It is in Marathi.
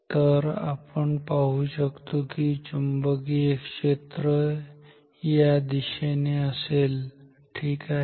तर आपण पाहू शकतो की चुंबकीय क्षेत्र या दिशेने असेल ठीक आहे